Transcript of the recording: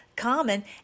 common